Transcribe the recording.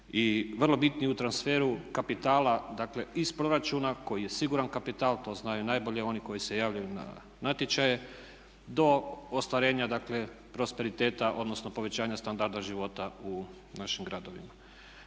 vrlo bitni u transferu kapitala, dakle iz proračuna koji je siguran kapital. To znaju najbolje oni koji se javljaju na natječaje do ostvarenja, dakle prosperiteta odnosno povećanja standarda života u našim gradovima.